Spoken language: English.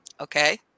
Okay